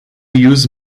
use